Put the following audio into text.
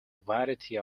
variety